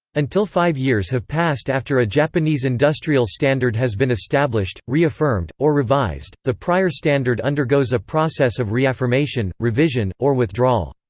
until five years have passed after a japanese industrial standard has been established, reaffirmed, or revised, the prior standard undergoes a process of reaffirmation, revision, or withdrawal.